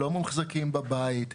הם לא מוחזקים בבית.